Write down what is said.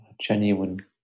genuine